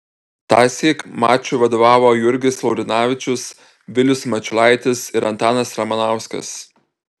tąsyk mačui vadovavo jurgis laurinavičius vilius mačiulaitis ir antanas ramanauskas